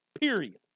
period